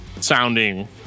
sounding